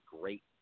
great